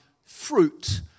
Fruit